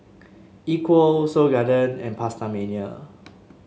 Equal Seoul Garden and PastaMania